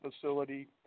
facility